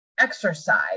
exercise